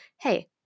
hey